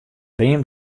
beam